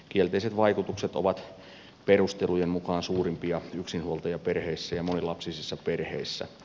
kielteiset vaikutukset ovat perustelujen mukaan suurimpia yksinhuoltajaperheissä ja monilapsisissa perheissä